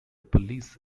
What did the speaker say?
police